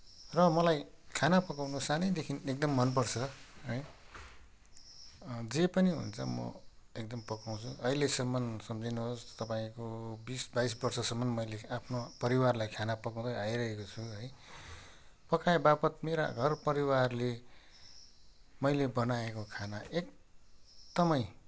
र मलाई खाना पकाउनु सानैदेखि एकदम मनपर्छ है जे पनि हुन्छ म एकदम पकाउँछु अहिलेसम्म सम्झिनुहोस् तपाईँको बिस बाइस वर्षसम्म मैले आफ्नो परिवारलाई खाना पकाउँदै आइरहेको छु है पकाएवापत मेरा घरपरिवारले मैले बनाएको खाना एकदमै